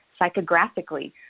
Psychographically